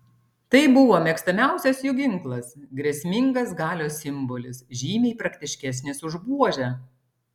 tai buvo mėgstamiausias jų ginklas grėsmingas galios simbolis žymiai praktiškesnis už buožę